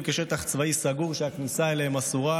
כשטח צבאי סגור שהכניסה אליהם אסורה,